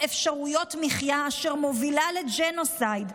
אפשרויות מחיה אשר מובילה לג'נוסייד.